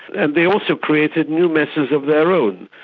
and they also created new messes of their own.